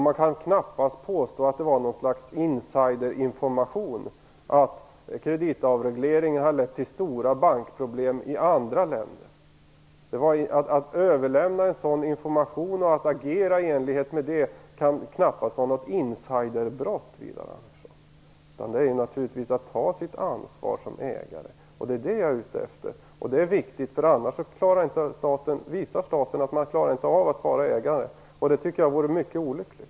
Man kan knappast påstå att det var någon slags insiderinformation att kreditavregleringen hade lett till stora bankproblem i andra länder. Att överlämna en sådan information och att agera i enlighet med det kan knappast vara något insiderbrott, Widar Andersson. Det är naturligtvis att ta sitt ansvar som ägare. Det är det jag är ute efter. Det är viktigt, för annars visar staten att man inte klarar av att vara ägare. Jag tycker att det vore mycket olyckligt.